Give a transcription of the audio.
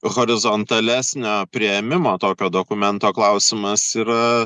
horizontalesnio priėmimo tokio dokumento klausimas yra